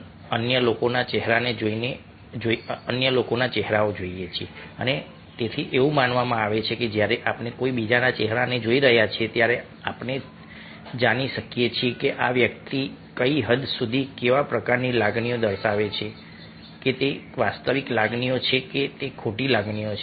આપણે અન્ય લોકોના ચહેરાને જોઈએ છીએ અને તેથી એવું માનવામાં આવે છે કે જ્યારે આપણે કોઈ બીજાના ચહેરાને જોઈ રહ્યા છીએ ત્યારે આપણે જાણી શકીએ છીએ કે આ વ્યક્તિ કઈ હદ સુધી કેવા પ્રકારની લાગણી દર્શાવે છે કે તે વાસ્તવિક લાગણીઓ છે કે તે ખોટી લાગણીઓ છે